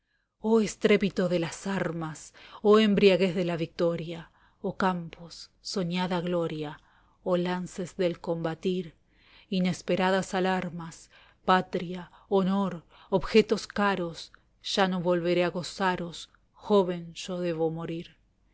joh estrépito de las armas oh embriaguez de la victoria oh campos soñada gloria oh lances del combatir inesperadas alarmas patria honor objetos caros ya no volveré a gozaros joven yo debo morir